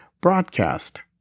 Broadcast